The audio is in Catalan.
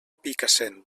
picassent